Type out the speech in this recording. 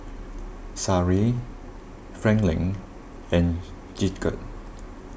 Sariah Franklyn and Gidget